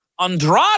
Andrade